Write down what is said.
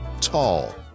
tall